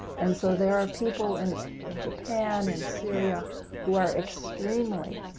and so there are people in japan and syria who are extremely